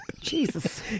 Jesus